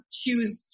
choose